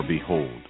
behold